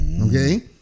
okay